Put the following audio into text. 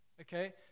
Okay